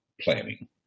planning